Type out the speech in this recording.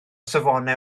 safonau